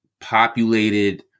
populated